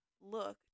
looked